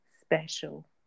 special